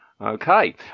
Okay